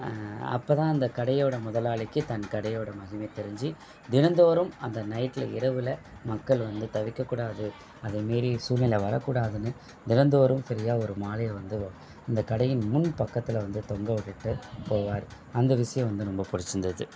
அப்போ தான் அந்தக் கடையோடய முதலாளிக்கி தன் கடையோடய மகிமை தெரிஞ்சு தினந்தோறும் அந்த நைட்டில் இரவில் மக்கள் வந்து தவிக்கக்கூடாது அதே மாரி சூழ்நிலை வரக்கூடாதுன்னு தினந்தோறும் ஃப்ரீயாக ஒரு மாலையை வந்து வ இந்தக் கடையின் முன் பக்கத்தில் வந்து தொங்க விட்டுட்டு போவார் அந்த விஷயம் வந்து ரொம்ப பிடிச்சிருந்துது